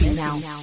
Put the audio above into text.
now